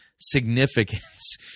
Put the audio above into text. significance